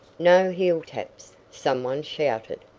no heel taps! some one shouted.